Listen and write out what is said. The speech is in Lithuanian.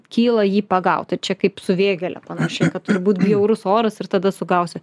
kyla jį pagauti tai čia kaip su vėgėle panašiai kad turi būti bjaurus oras ir tada sugausi